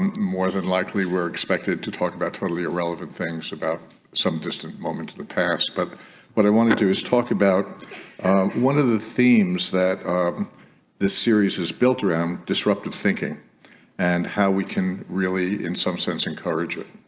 um more than likely we're expected to talk about totally irrelevant things about some distant moment to the past but what i want to do is talk about one of the themes that this series is built around disruptive thinking and how we can really in some sense encourage it